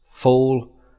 fall